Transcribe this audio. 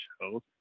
show